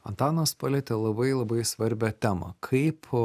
antanas palietė labai labai svarbią temą kaip